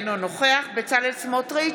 אינו נוכח בצלאל סמוטריץ'